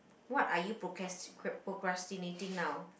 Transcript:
what are you procras~ procrastinating now